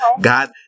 God